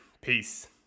peace